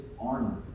armor